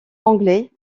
anglais